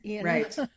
Right